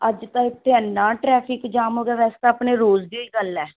ਅੱਜ ਤਾਂ ਇੱਥੇ ਇੰਨਾ ਟ੍ਰੈਫਿਕ ਜਾਮ ਹੋ ਗਿਆ ਵੈਸੇ ਤਾਂ ਆਪਣੇ ਰੋਜ਼ ਦੀ ਓਈ ਗੱਲ ਹੈ